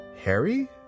Harry